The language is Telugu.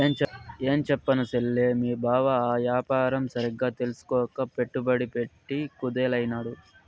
ఏంచెప్పను సెల్లే, మీ బావ ఆ యాపారం సరిగ్గా తెల్సుకోక పెట్టుబడి పెట్ట కుదేలైనాడు